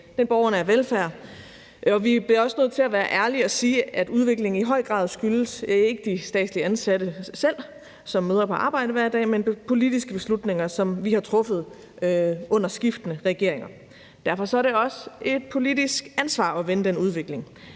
den borgernære velfærd. Vi bliver også nødt til at være ærlige og sige, at udviklingen i høj grad ikke skyldes de statslige ansatte, som møder på arbejde hver dag, men politiske beslutninger, som vi har truffet under skiftende regeringer. Derfor er det også et politisk ansvar at vende den udvikling.